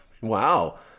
wow